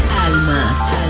Alma